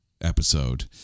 episode